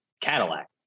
Cadillac